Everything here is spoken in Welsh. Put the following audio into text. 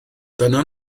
dyna